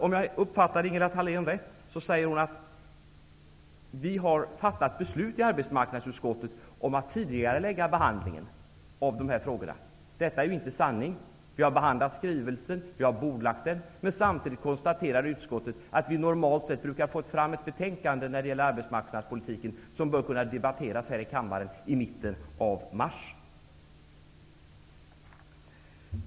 Om jag uppfattade Ingela Thalén rätt, sade hon att vi har fattat beslut i arbetsmarknadsutskottet om att tidigarelägga behandlingen av de här frågorna. Detta är inte sanning. Vi har behandlat skrivelsen, och vi har bordlagt den, men samtidigt konstaterar utskottet att vi normalt sett brukar få fram ett betänkande när det gäller arbetsmarknadspolitiken som bör kunna debatteras här i kammaren i mitten av mars.